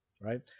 Right